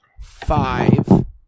five